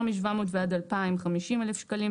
יותר מ-700 ועד 2,000 - 50,000 שקלים.